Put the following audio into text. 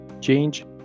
change